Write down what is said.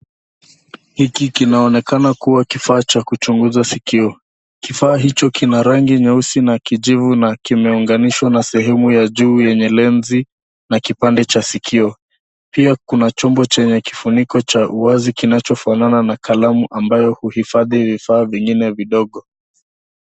Hiki kinaonekana kuwa kifaa cha kuchunguza sikio. Kifaa hicho kina rangi nyeusi na kijivu na kimeunganishwa na sehemu ya juu yenye lenzi na kipande cha sikio. Pia kuna chombo chenye kifuniko cha uwazi kinachofanana na kalamu ambayo uhifadhi vifaa vingine vidogo.